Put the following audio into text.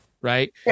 right